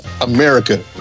America